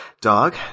Dog